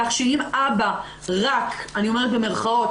כך שאם אבא "רק" אני אומרת במירכאות,